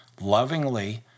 Lovingly